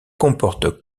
comporte